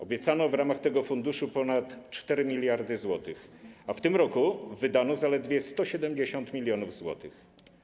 Obiecano w ramach tego funduszu ponad 4 mld zł, a w tym roku wydano zaledwie 170 mln zł.